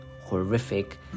horrific